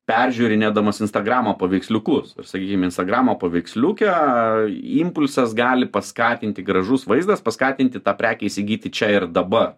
peržiūrinėdamas instagramo paveiksliukus sakykim instagramo paveiksliuke impulsas gali paskatinti gražus vaizdas paskatinti tą prekę įsigyti čia ir dabar